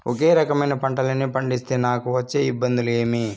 ఒకే రకమైన పంటలని పండిస్తే నాకు వచ్చే ఇబ్బందులు ఏమి?